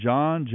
John